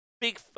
Big